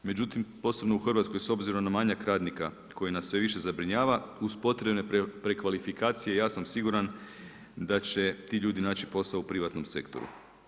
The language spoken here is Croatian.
Međutim, posebno u Hrvatskoj s obzirom na manjak radnika koji nas sve više zabrinjava uz potrebne prekvalifikacije ja sam siguran da će ti ljudi naći posao u privatnom sektoru.